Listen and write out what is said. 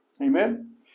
Amen